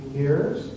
years